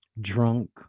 drunk